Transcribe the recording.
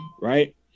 right